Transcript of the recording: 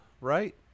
right